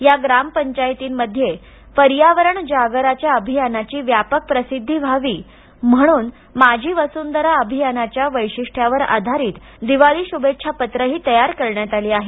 या ग्रामपंचायती मध्ये या पर्यावरण जागराच्या अभियानाची व्यापक प्रसिध्दी व्हावी म्हणून माझी वसुंधरा अभियानाच्या वैशिष्ट्यावर आधारित दिवाळी शुभेच्छा पत्रही तयार करण्यात आली आहेत